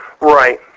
Right